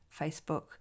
Facebook